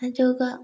ꯑꯗꯨꯒ